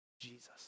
Jesus